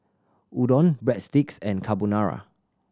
Udon Breadsticks and Carbonara